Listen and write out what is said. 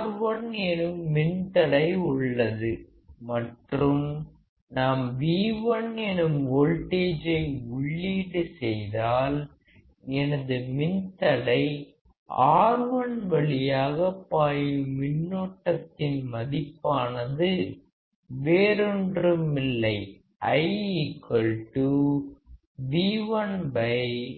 R1 எனும் மின் தடை உள்ளது மற்றும் நாம் V1 எனும் வோல்டேஜை உள்ளீட்டு செய்தால் எனது மின்தடை R1 வழியாகப் பாயும் மின்னோட்டத்தின் மதிப்பானது வேறொன்றுமில்லை IV1 R1 ஆகும்